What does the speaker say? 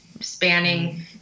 spanning